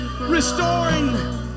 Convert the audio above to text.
Restoring